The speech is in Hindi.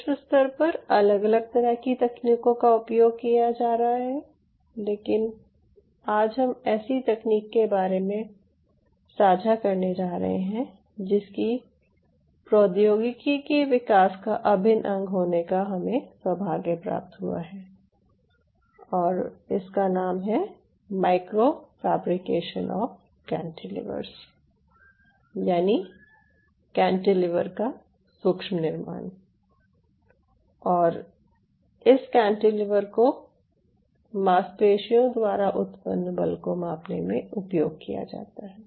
विश्व स्तर पर अलग अलग तरह की तकनीकों का उपयोग किया जा रहा है लेकिन आज हम एक ऐसी तकनीक के बारे में साझा करने जा रहे हैं जिसकी प्रौद्योगिकी के विकास का अभिन्न अंग होने का हमें सौभाग्य प्राप्त हुआ है और उसका नाम है माइक्रो फैब्रिकेशन ऑफ़ कैंटीलीवर यानि कैंटीलीवर का सूक्ष्म निर्माण और इस कैंटीलीवर को मांसपेशियों द्वारा उत्पन्न बल को मापने में उपयोग किया जाता है